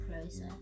closer